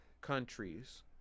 countries